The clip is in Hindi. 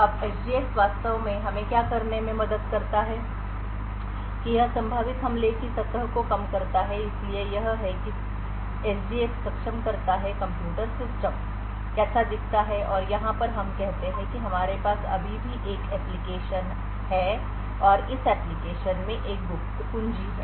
अब SGX वास्तव में हमें क्या करने में मदद करता है कि यह संभावित हमले की सतह को कम करता है इसलिए यह है कि SGX सक्षम करता है कि कंप्यूटर सिस्टम कैसा दिखता है और यहाँ पर हम कहते हैं कि हमारे पास अभी भी एक एप्लिकेशन है और इस आवेदन में एक गुप्त कुंजी है